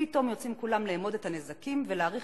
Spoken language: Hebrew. פתאום יוצאים כולם לאמוד את הנזקים ולהעריך